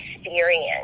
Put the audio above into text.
experience